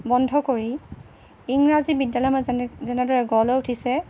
বন্ধ কৰি ইংৰাজী বিদ্যালয় যেনেদৰে গঢ় লৈ উঠিছে